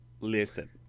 listen